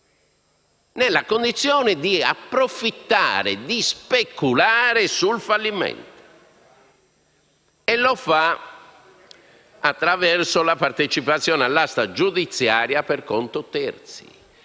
nella condizione di approfittare e di speculare sul fallimento. E lo fa attraverso la partecipazione all'asta giudiziaria per conto terzi,